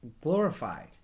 glorified